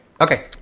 okay